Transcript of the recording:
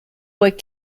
what